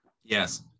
yes